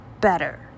better